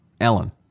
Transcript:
Ellen